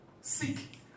seek